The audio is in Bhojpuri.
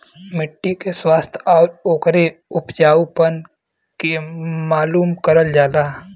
मट्टी के स्वास्थ्य आउर ओकरे उपजाऊपन के मालूम करल जाला